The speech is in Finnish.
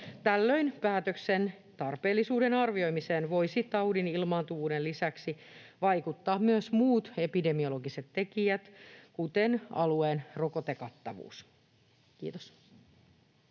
Tällöin päätöksen tarpeellisuuden arvioimiseen voisivat taudin ilmaantuvuuden lisäksi vaikuttaa myös muut epidemiologiset tekijät, kuten alueen rokotekattavuus. — Kiitos.